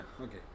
okay